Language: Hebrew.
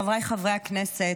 חבריי חברי הכנסת,